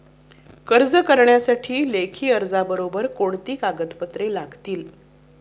कर्ज करण्यासाठी लेखी अर्जाबरोबर कोणती कागदपत्रे लागतील?